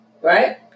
right